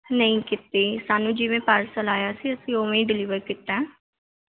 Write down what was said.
ਨਹੀਂ ਕੀਤੀ ਸਾਨੂੰ ਜਿਵੇਂ ਪਾਰਸਲ ਆਇਆ ਸੀ ਅਸੀਂ ਉਵੇਂ ਹੀ ਡਿਲੀਵਰ ਕੀਤਾ